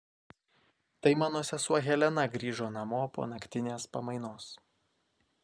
tai mano sesuo helena grįžo namo po naktinės pamainos